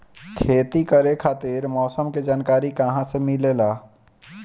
खेती करे खातिर मौसम के जानकारी कहाँसे मिलेला?